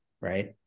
right